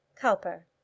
cowper